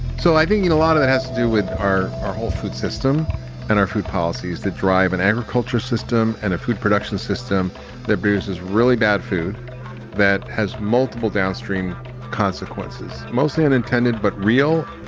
so i think a lot of it has to do with our our whole food system and our food policies that drive an agriculture system and a food production system that produces really bad food that has multiple downstream consequences mostly unintended, but real,